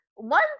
one